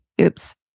Oops